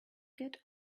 get